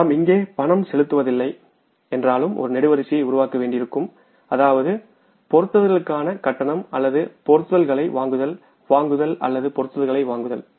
நாம் இங்கே பணம் செலுத்தவில்லை என்றாலும் ஒரு நெடுவரிசையை உருவாக்க வேண்டியிருக்கும் அதாவது பொருத்துதல்களுக்கான கட்டணம் அல்லது பொருத்துதல்களை வாங்குதல் அல்லது பொருத்துதல்களை வாங்குதல்